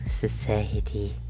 Society